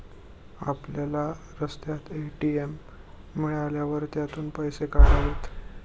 आपल्याला रस्त्यात ए.टी.एम मिळाल्यावर त्यातून पैसे काढावेत